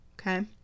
okay